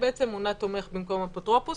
מונה תומך במקום אפוטרופוס.